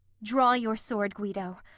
draw your sword, guido.